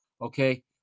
okay